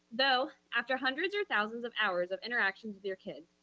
though, after hundreds or thousands of hours of interactions with your kids,